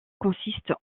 consiste